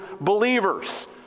believers